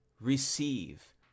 receive